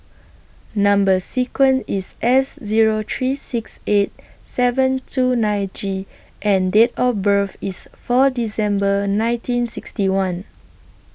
Number sequence IS S Zero three six eight seven two nine G and Date of birth IS four December nineteen sixty one